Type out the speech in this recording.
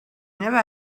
never